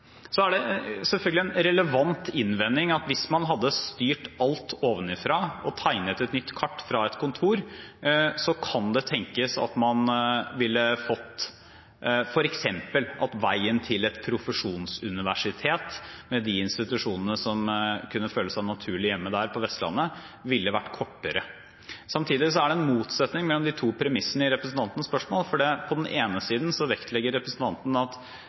relevant innvending at hvis man hadde styrt alt ovenfra og tegnet et nytt kart fra et kontor, kan det f.eks. tenkes at veien til et profesjonsuniversitet, med de institusjonene som kunne føle seg naturlig hjemme der – på Vestlandet, ville vært kortere. Samtidig er det en motsetning mellom de to premissene i representantens spørsmål. På den ene siden vektlegger representanten at